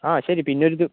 ആ ശരി പിന്നൊരു